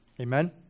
Amen